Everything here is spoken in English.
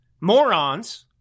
morons